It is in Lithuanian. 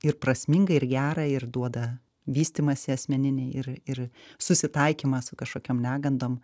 ir prasminga ir gera ir duoda vystymąsi asmeninį ir ir susitaikymas su kažkokiom negandom